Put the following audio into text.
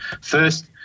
first